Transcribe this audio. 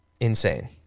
Insane